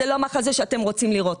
זה לא מחזה שאתם רוצים לראות.